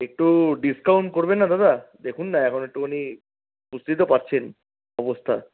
একটু ডিসকাউণ্ট করবেন না দাদা দেখুন না এখন একটুখানি বুঝতেই তো পাচ্ছেন অবস্থা